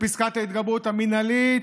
ופסקת ההתגברות המינהלית,